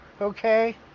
Okay